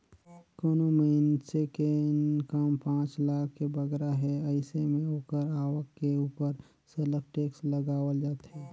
कोनो मइनसे के इनकम पांच लाख ले बगरा हे अइसे में ओकर आवक के उपर सरलग टेक्स लगावल जाथे